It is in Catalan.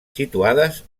situades